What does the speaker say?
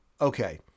okay